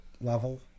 level